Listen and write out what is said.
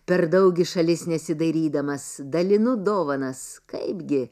per daug į šalis nesidairydamas dalinu dovanas kaipgi